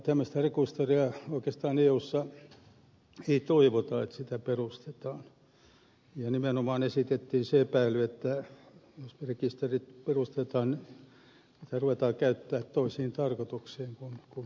tämmöistä rekisteriä oikeastaan eussa ei toivota perustettavan ja nimenomaan esitettiin se epäily että jos rekisterit perustetaan niitä ruvetaan käyttämään toisiin tarkoituksiin kuin siihen syyhyn